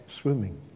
swimming